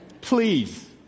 please